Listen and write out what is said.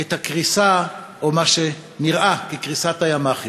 את הקריסה, או מה שנראה כקריסת הימ"חים?